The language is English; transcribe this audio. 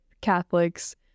Catholics